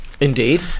Indeed